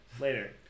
Later